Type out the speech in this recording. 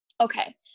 Okay